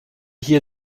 hier